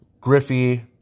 Griffey